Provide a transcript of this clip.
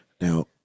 now